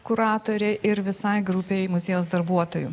kuratorė ir visai grupei muziejaus darbuotojų